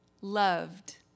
loved